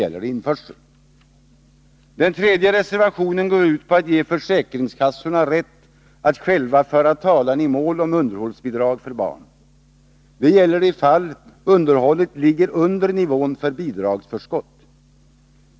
I den tredje reservationen vill vi ge försäkringskassorna rätt att själva föra talan i mål om underhållsbidrag för barn. Det gäller i fall där underhållet ligger under nivån för bidragsförskott.